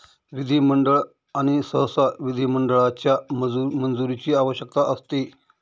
विधिमंडळ आणि सहसा विधिमंडळाच्या मंजुरीची आवश्यकता असते